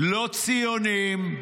לא ציונים,